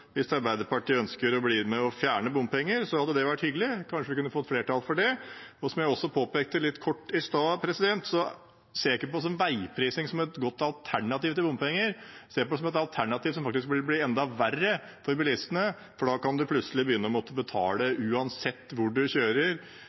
Hvis Arbeiderpartiet ønsker å bli med og fjerne bompenger, hadde det vært hyggelig – kanskje vi kunne ha fått flertall for det. Som jeg også påpekte litt kort i stad, ser jeg ikke på veiprising som et godt alternativ til bompenger. Jeg ser på det som et alternativ som faktisk ville bli enda verre for bilistene, for da kan man plutselig begynne å måtte betale uansett hvor man kjører,